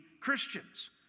Christians